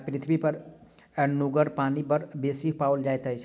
पृथ्वीपर नुनगर पानि बड़ बेसी पाओल जाइत अछि